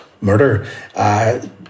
murder